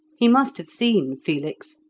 he must have seen felix,